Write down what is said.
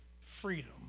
freedom